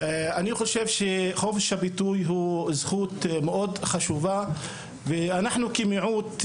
אני חושב שחופש הביטוי היא זכות מאוד חשובה ואנחנו כמיעוט,